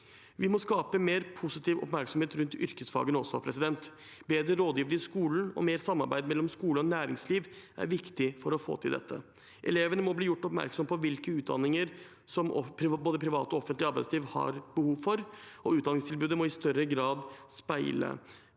også skape mer positiv oppmerksomhet rundt yrkesfagene. Bedre rådgivere i skolen og mer samarbeid mellom skole og næringsliv er viktig for å få til dette. Elevene må bli gjort oppmerksom på hvilke utdanninger som både privat og offentlig arbeidsliv har behov for, og utdanningstilbudet må i større grad speile